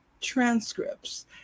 transcripts